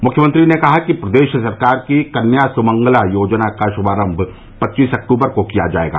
मुख्यमंत्री ने कहा कि प्रदेश सरकार की कन्या सुमंगला योजना का शुभारम्भ पच्चीस अक्टूबर को किया जाएगा